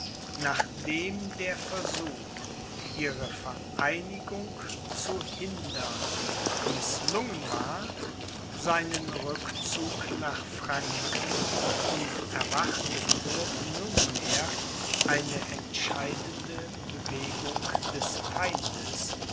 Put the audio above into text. nachdem der versuch ihre vereinigung zu hindern mißlungen war seinen rückzug nach franken und erwartete nunmehr eine entscheidende bewegung des feindes